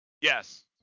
Yes